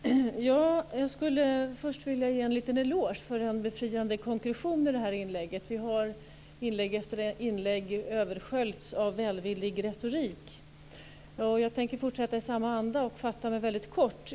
Fru talman! Jag skulle först vilja ge en liten eloge för en befriande konklusion i det här inlägget. Vi har inlägg efter inlägg översköljts av välvillig retorik. Jag tänker fortsätta i samma anda och fatta mig väldigt kort.